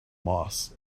moss